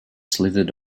slithered